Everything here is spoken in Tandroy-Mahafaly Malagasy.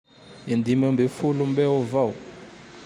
Indimy ambefolo mbeo avao.